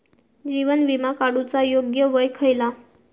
जीवन विमा काडूचा योग्य वय खयला?